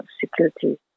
security